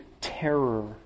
terror